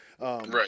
right